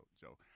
Joe